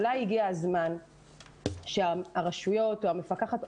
אולי הגיע הזמן שהרשויות או המפקחת,